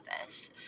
office